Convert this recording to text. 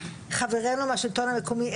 חברינו מהשלטון המקומי,